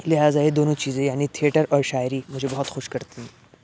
لہٰذا یہ دونوں چیزیں یعنی تھئیٹر اور شاعری مجھے بہت خوش کرتی ہیں